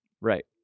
right